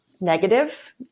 negative